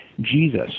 Jesus